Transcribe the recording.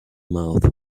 mouth